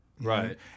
Right